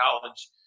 college